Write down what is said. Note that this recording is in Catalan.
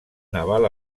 naval